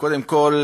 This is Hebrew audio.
קודם כול,